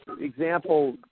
example